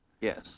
Yes